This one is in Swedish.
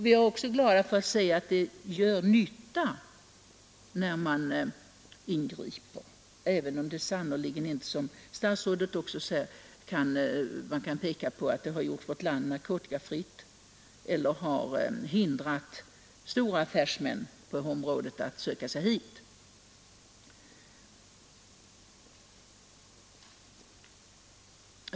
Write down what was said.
Vi är också glada att se att det gör nytta när man ingriper, även om man sannerligen inte — som statsrådet också påpekar — kan säga att detta gjort vårt land narkotikafritt eller hindrat stora affärsmän på området att söka sig hit.